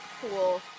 Cool